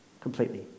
completely